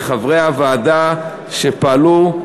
לחברי הוועדה שפעלו,